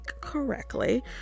correctly